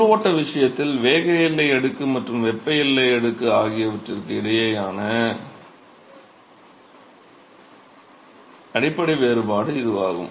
உள் ஓட்டம் விஷயத்தில் வேக எல்லை அடுக்கு மற்றும் வெப்ப எல்லை அடுக்கு ஆகியவற்றுக்கு இடையேயான அடிப்படை வேறுபாடு இதுவாகும்